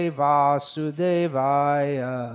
vasudevaya